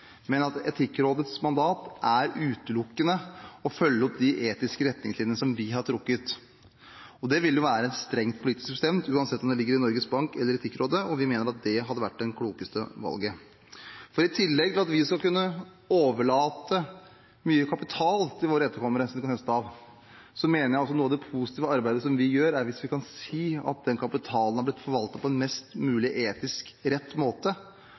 Men Etikkrådets mandat er utelukkende å følge opp de etiske retningslinjene som vi har trukket. Det vil jo være strengt politisk bestemt, uansett om det ligger i Norges Bank eller Etikkrådet, og vi mener at det hadde vært det klokeste valget. I tillegg til at vi skal kunne overlate mye kapital til våre etterkommere, som de kan høste av, mener jeg at noe av det positive arbeidet som vi kan gjøre, er hvis vi kan si at den kapitalen har blitt forvaltet på en mest mulig etisk rett måte.